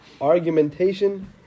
argumentation